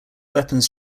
weapons